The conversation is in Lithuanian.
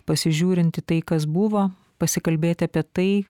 pasižiūrint į tai kas buvo pasikalbėti apie tai